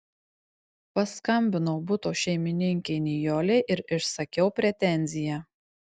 paskambinau buto šeimininkei nijolei ir išsakiau pretenziją